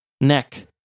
neck